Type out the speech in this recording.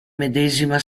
medesima